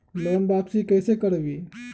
Loan वापसी कैसे करबी?